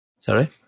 Sorry